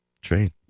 Trade